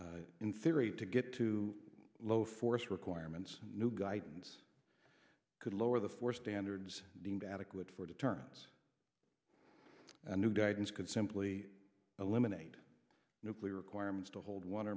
in theory to get to low force requirements and new guidance could lower the four standards deemed adequate for deterrence a new guidance could simply eliminate nuclear requirements to hold one